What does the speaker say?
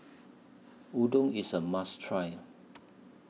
Udon IS A must Try